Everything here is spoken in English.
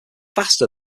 faster